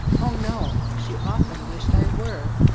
oh no! she often wished i were,